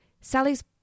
Sally's